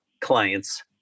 clients